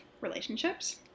relationships